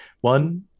one